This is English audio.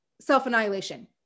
self-annihilation